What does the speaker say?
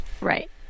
Right